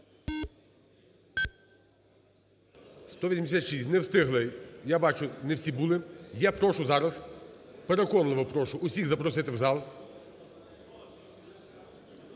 За-186 Не встигли. Я бачу, не всі були. Я прошу зараз, переконливо прошу всіх запросити в зал.